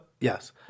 yes